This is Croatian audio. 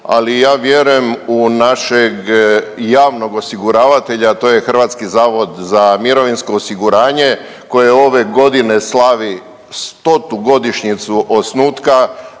Ali ja vjerujem u našeg javnog osiguravatelja, a to je Hrvatski zavod za mirovinsko osiguranje koje ove godine slavi stotu godišnjicu osnutka,